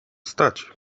stać